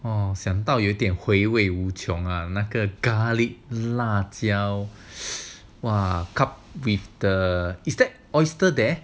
mm 想到有点回味无穷啊那个 garlic 辣椒 !wah! cup with the is that oyster there